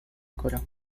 coro